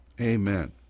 Amen